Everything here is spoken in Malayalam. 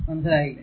മനസ്സിലായില്ലേ